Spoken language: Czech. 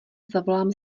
zavolám